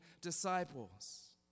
disciples